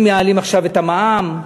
אם מעלים עכשיו את המע"מ,